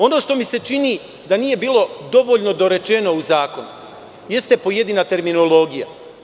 Ono što mi se čini da nije bilo dovoljno dorečeno u zakonu jeste pojedina terminologija.